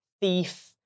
thief